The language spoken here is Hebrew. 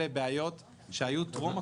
אלה בעיות שהיו טרום הקורונה.